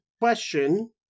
question